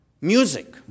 Music